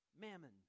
mammon